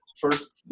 first